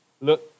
look